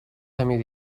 حمید